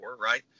right